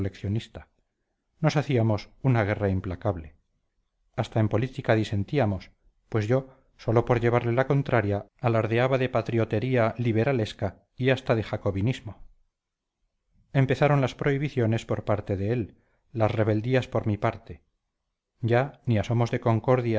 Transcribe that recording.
coleccionista nos hacíamos una guerra implacable hasta en política disentíamos pues yo sólo por llevarle la contraria alardeaba de patriotería liberalesca y hasta de jacobinismo empezaron las prohibiciones por parte de él las rebeldías por mi parte ya ni asomos de concordia